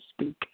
speak